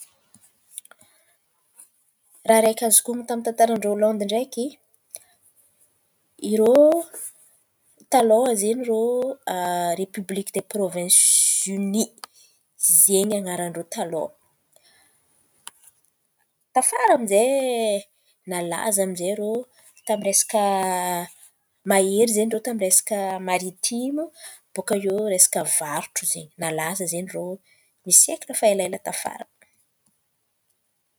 Raha araiky azoko honon̈o tamin'ny tantaran-drô Holandy ndraiky irô talôha zen̈y irô repôblikan-drô ta-prôvensy zen̈y zen̈y an̈aran-drô taloha. Tafara aminjay, nalaza aminjay irô tamin'ny resaka mahery zen̈y irô resaka maritiora. Baka iô resaka varotra zen̈y nalaza zen̈y rô ny siekla fa elaela tafara.